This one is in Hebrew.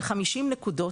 ב-50 נקודות,